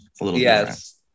yes